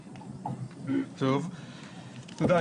טוב, תודה.